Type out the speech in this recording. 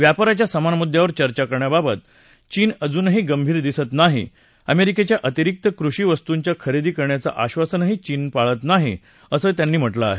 व्यापाराच्या समान मुद्यावर चर्चा करण्याबाबत चीन अजूनही गंभीर दिसत नाही अमेरिकेच्या अतिरिक्त कृषी वस्तूंची खरेदी करण्याचं आश्वासनही चीन पाळत नाही असं त्यांनी म्हटलंय